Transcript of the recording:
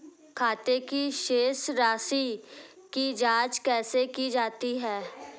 खाते की शेष राशी की जांच कैसे की जाती है?